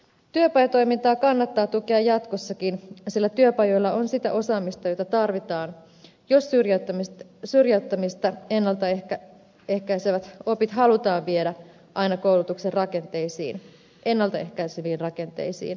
työpajatoimintaa kannattaa tukea jatkossakin sillä työpajoilla on sitä osaamista jota tarvitaan jos syrjäytymistä ennalta ehkäisevät opit halutaan viedä aina koulutuksen ennalta ehkäiseviin rakenteisiin saakka